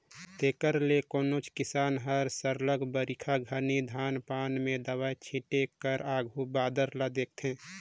तेकर ले कोनोच किसान हर सरलग बरिखा घनी धान पान में दवई पानी छींचे कर आघु बादर ल देखथे